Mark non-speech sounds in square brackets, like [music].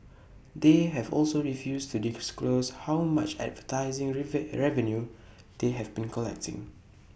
they have also refused to disclose how much advertising [unintelligible] revenue they have been collecting